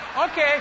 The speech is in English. okay